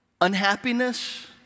unhappiness